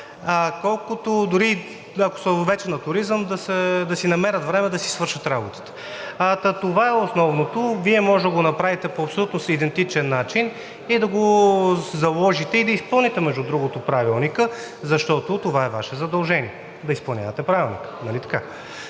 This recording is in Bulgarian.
работата. Дори вече да са на туризъм, да си намерят време да си свършат работата. Та, това е основното, Вие можете да го направите по абсолютно идентичен начин, да го заложите и да изпълните, между другото, Правилника, защото това е Ваше задължение – да изпълнявате Правилника,